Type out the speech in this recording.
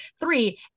three